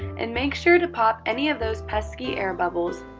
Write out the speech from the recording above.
and make sure to pop any of those pesky air bubbles.